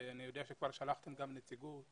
אני יודע שכבר שלחתם נציגות.